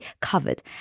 covered